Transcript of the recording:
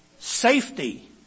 Safety